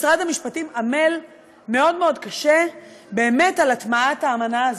משרד המשפטים עמל מאוד מאוד קשה על הטמעת האמנה הזאת,